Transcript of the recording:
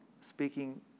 speaking